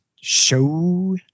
show